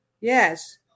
yes